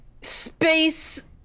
Space